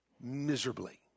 miserably